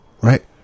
right